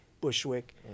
Bushwick